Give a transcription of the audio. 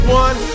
one